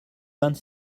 vingt